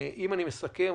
אם אני מסכם,